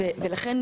לכן